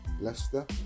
Leicester